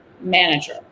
manager